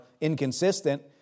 inconsistent